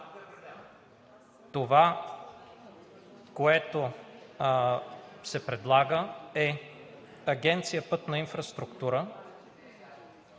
Това, което се предлага, е Агенция „Пътна инфраструктура“